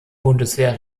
bundeswehr